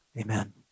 amen